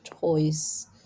choice